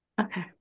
Okay